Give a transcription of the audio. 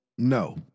No